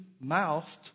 mouthed